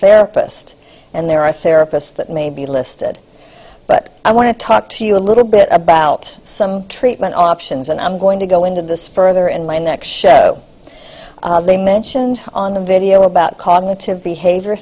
therapist and there are a therapist that may be listed but i want to talk to you a little bit about some treatment options and i'm going to go into this further and my next show they mentioned on the video about cognitive behavior